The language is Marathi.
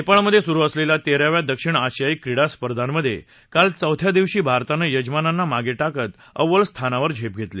नेपाळमध्ये सुरू असलेल्या तेराव्या दक्षिण आशियायी क्रीडा स्पर्धामध्ये काल चौथ्या दिवशी भारतानं यजमानांना मागे टाकत अव्वल स्थानावर झेप घेतली